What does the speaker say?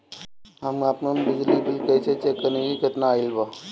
हम आपन बिजली बिल कइसे चेक करि की केतना आइल बा?